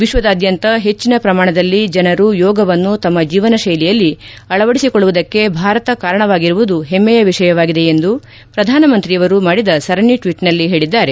ವಿಶ್ವದಾದ್ಯಂತ ಹೆಚ್ಲನ ಪ್ರಮಾಣದಲ್ಲಿ ಜನರು ಯೋಗವನ್ನು ತಮ್ನ ಜೀವನಶ್ನೆಲಿಯಲ್ಲಿ ಅಳವಡಿಸಿಕೊಳ್ಳುವುದಕ್ಕೆ ಭಾರತ ಕಾರಣವಾಗಿರುವುದು ಹೆಮ್ನೆಯ ವಿಷಯವಾಗಿದೆ ಎಂದು ಪ್ರಧಾನಮಂತ್ರಿಯವರು ಮಾಡಿದ ಸರಣಿ ಟ್ವೀಟ್ನಲ್ಲಿ ಹೇಳಿದ್ದಾರೆ